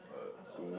uh two